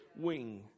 wing